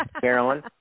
Carolyn